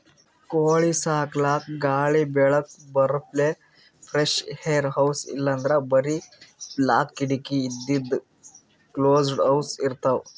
ಕೋಳಿ ಸಾಕಲಕ್ಕ್ ಗಾಳಿ ಬೆಳಕ್ ಬರಪ್ಲೆ ಫ್ರೆಶ್ಏರ್ ಹೌಸ್ ಇಲ್ಲಂದ್ರ್ ಬರಿ ಬಾಕ್ಲ್ ಕಿಡಕಿ ಇದ್ದಿದ್ ಕ್ಲೋಸ್ಡ್ ಹೌಸ್ ಇರ್ತವ್